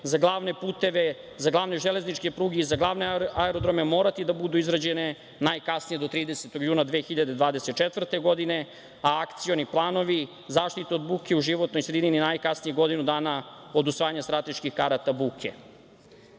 za glavne puteve, za glavne železničke pruge i za glavne aerodrome morati da budu izrađene najkasnije do 30. juna 2024. godine, a akcioni planovi zaštite od buke u životnoj sredini najkasnije godinu dana od usvajanja strateških karata buke. Vredi